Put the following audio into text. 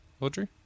Audrey